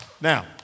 Now